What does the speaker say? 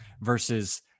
versus